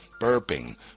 burping